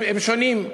הם שונים.